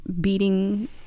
beating